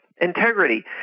Integrity